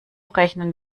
rechnen